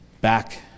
back